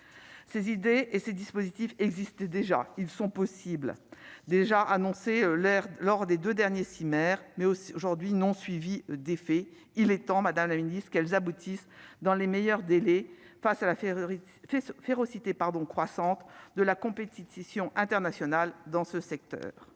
ces idées et ces dispositifs existaient déjà, ils sont possibles, déjà annoncé l'air lors des 2 derniers 6 mais aussi aujourd'hui non suivies d'effet, il est temps, Madame la Ministre qu'elles aboutissent dans les meilleurs délais, face à la affaire férocité pardon croissante de la compétition internationale dans ce secteur,